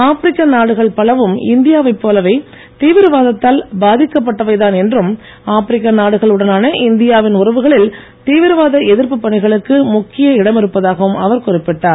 ஆப்ரிக்க நாடுகள் பலவும் இந்தியாவை போலவே தீவிரவாதத்தால் பாதிக்கப்பட்டவைதான் என்றும் ஆப்ரிக்க நாடுகள் உடனான இந்தியாவின் உறவுகளில் தீவிரவாத எதிர்ப்பு பணிகளுக்கு முக்கிய இடமிருப்பதாகவும் அவர் குறிப்பிட்டார்